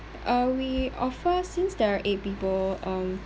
uh we offer since there are eight people um